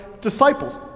disciples